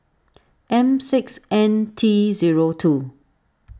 M six N T zero two